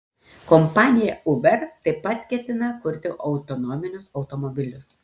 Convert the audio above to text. kompanija uber taip pat ketina kurti autonominius automobilius